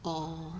orh